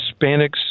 Hispanics